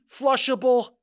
flushable